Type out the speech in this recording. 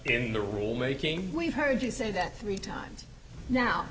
in the rule making we've heard you say that three times now